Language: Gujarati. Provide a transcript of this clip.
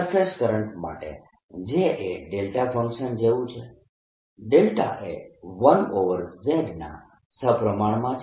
સરફેસ કરંટ માટે J એ ફંક્શન જેવું છે એ 1z ના સપ્રમાણમાં છે